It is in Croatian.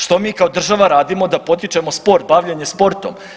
Što mi kao država radimo da potičemo sport, bavljenje sportom?